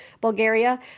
Bulgaria